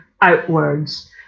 outwards